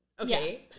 okay